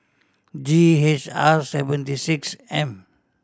G H R seventy six M